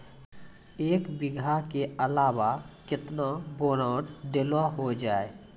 एक बीघा के अलावा केतना बोरान देलो हो जाए?